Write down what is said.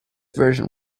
version